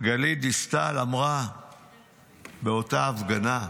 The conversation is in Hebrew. גלית דיסטל אמרה באותה הפגנה: